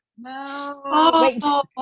No